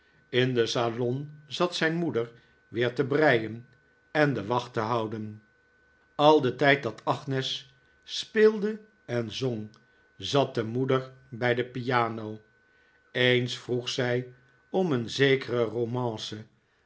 in den salon zat zijn moeder weer te breien en de wacht te houden al den tijd dat agnes speelde en zong zat de moeder bij de piano eens vroeg zij om een zekere romance